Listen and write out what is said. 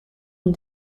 ont